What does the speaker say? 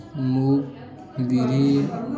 ମୁଗ୍ ବିରି